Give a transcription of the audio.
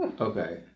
Okay